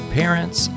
parents